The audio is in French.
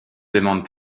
demandes